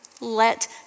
let